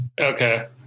okay